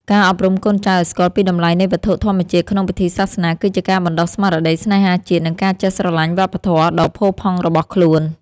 ការអប់រំកូនចៅឱ្យស្គាល់ពីតម្លៃនៃវត្ថុធម្មជាតិក្នុងពិធីសាសនា គឺជាការបណ្តុះស្មារតីស្នេហាជាតិ និងការចេះស្រឡាញ់វប្បធម៌ដ៏ផូរផង់របស់ខ្លួន។